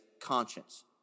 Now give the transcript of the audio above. Conscience